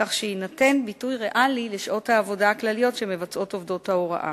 כך שיינתן ביטוי ריאלי לשעות העבודה הכלליות שמבצעות עובדות ההוראה.